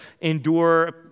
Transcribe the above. endure